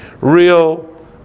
real